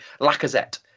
Lacazette